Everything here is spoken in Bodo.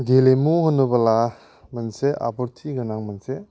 गेलेमु होनोब्ला मोनसे आप'थ्थि गोनां मोनसे